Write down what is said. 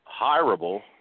hireable